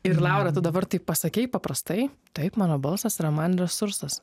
ir laura tu dabar taip pasakei paprastai taip mano balsas yra man resursas